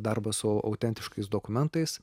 darbą su autentiškais dokumentais